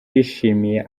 yashimiye